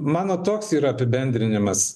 mano toks yra apibendrinimas